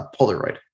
Polaroid